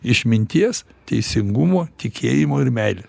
išminties teisingumo tikėjimo ir meilė